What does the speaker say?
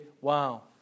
wow